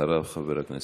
אחריו, חבר הכנסת דב חנין.